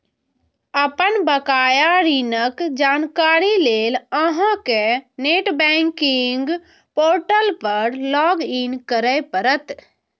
अपन बकाया ऋणक जानकारी लेल अहां कें नेट बैंकिंग पोर्टल पर लॉग इन करय पड़त